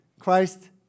Christ